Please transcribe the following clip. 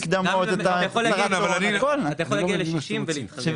אתה יכול להגיע ל-60 ולהתחרט,